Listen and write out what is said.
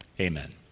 Amen